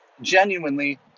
genuinely